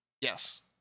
Yes